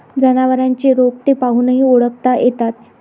जनावरांचे रोग ते पाहूनही ओळखता येतात